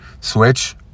switch